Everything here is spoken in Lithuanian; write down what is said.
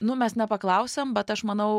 nu mes nepaklausėm bet aš manau